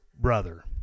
brother